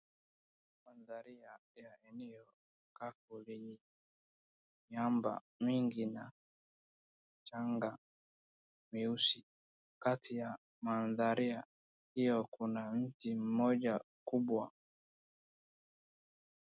Maandharia ya eneo kavu lenye miamba nyingi na changa meusi. Kati ya maandharia hiyo kuna mti mmoja kubwa.